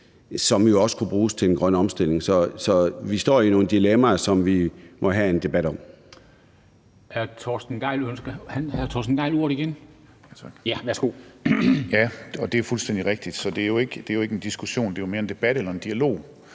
som jo også kunne bruges til den grønne omstilling. Så vi står jo i nogle dilemmaer, som vi må have en debat om. Kl. 13:09 Formanden (Henrik Dam Kristensen): Ønsker hr. Torsten Gejl ordet igen? Ja. Værsgo. Kl. 13:09 Torsten Gejl (ALT): Ja, det er fuldstændig rigtigt, så det er jo ikke en diskussion, det er mere en debat eller en dialog,